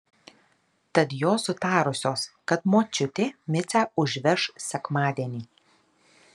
tad jos sutarusios kad močiutė micę užveš sekmadienį